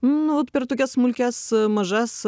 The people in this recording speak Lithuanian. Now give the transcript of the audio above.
nu per tokias smulkias mažas